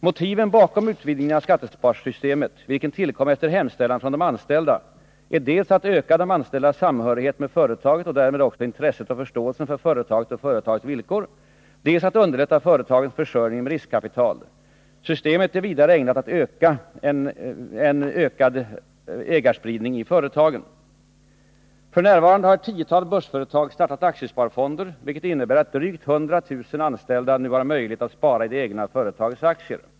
Motiven bakom utvidgningen av skattesparsystemet, vilken tillkom efter hemställan från anställda, är dels att öka de anställdas samhörighet med företaget och därmed också intresset och förståelsen för företaget och företagets villkor, dels att underlätta företagens försörjning med riskkapital. Systemet underlättar vidare en ökad ägarspridning i företagen. F.n. har ett tiotal börsföretag startat aktiesparfonder, vilket innebär att drygt 100 000 anställda nu har möjlighet att spara i det egna företagets aktier.